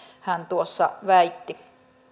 hän tuossa väitti